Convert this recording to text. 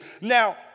Now